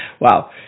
wow